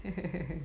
then